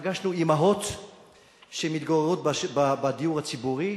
ופגשנו אמהות שמתגוררות בדיור הציבורי,